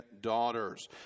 daughters